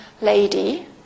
lady